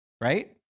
Right